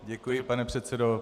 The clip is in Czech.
Děkuji, pane předsedo.